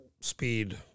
speed